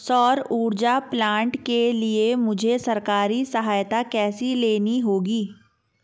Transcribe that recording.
सौर ऊर्जा प्लांट के लिए मुझे सरकारी सहायता कैसे लेनी होगी?